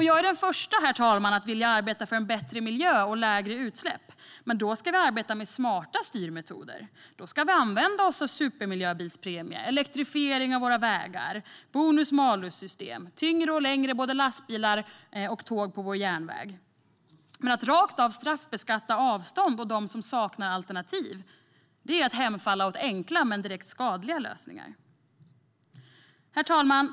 Jag är den första, herr talman, att vilja arbeta för en bättre miljö och lägre utsläpp, men då ska vi arbeta med smarta styrmetoder. Då ska vi använda oss av supermiljöbilspremier, elektrifiering av våra vägar, bonus-malus-system, tyngre och längre lastbilar och tåg. Men att rakt av straffbeskatta avstånd och dem som saknar alternativ är att hemfalla åt enkla men direkt skadliga lösningar. Herr talman!